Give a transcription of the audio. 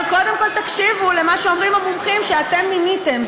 אבל קודם כול תקשיבו למה שאומרים המומחים שאתם מיניתם.